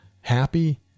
happy